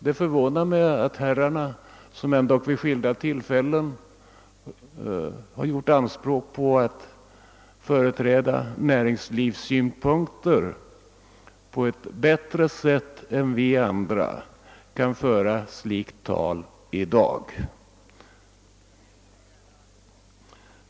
Det förvånar mig att herrarna, som vid skilda tillfällen har gjort anspråk på att i högre grad än vi andra företräda näringslivet, kan föra slikt tal i dag.